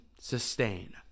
sustain